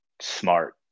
smart